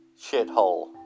shithole